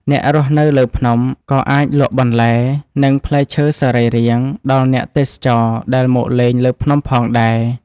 អ្នករស់នៅលើភ្នំ ក៏អាចលក់បន្លែ និងផ្លែឈើសរីរាង្គដល់អ្នកទេសចរណ៍ដែលមកលេងលើភ្នំផងដែរ។